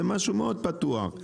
זה משהו מאוד פתוח.